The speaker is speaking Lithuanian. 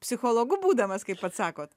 psichologu būdamas kaip pats sakot